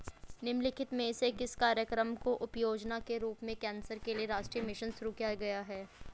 निम्नलिखित में से किस कार्यक्रम को उपयोजना के रूप में कैंसर के लिए राष्ट्रीय मिशन शुरू किया गया है?